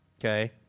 okay